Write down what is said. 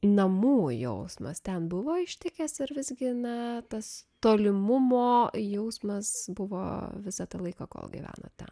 namų jausmas ten buvo ištikęs ar visgi na tas tolimumo jausmas buvo visą tą laiką kol gyvenot ten